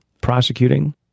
prosecuting